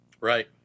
Right